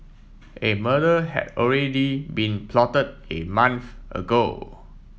a murder had already been plotted a month ago